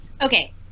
Okay